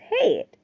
head